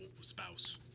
spouse